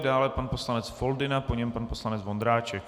Dále pan poslanec Foldyna, po něm pan poslanec Vondráček.